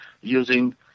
using